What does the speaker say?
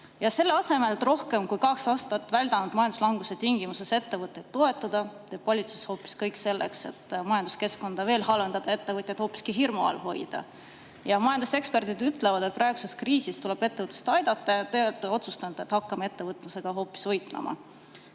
Selle asemel et rohkem kui kaks aastat väldanud majanduslanguse tingimustes ettevõtteid toetada, teeb valitsus hoopis kõik selleks, et majanduskeskkonda veel halvendada ja ettevõtjaid hoopiski hirmu all hoida. Majanduseksperdid ütlevad, et praeguses kriisis tuleb ettevõtlust aidata, aga teie olete otsustanud, et me hakkame ettevõtlusega hoopis võitlema.